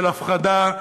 של הפחדה,